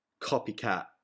copycat